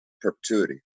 perpetuity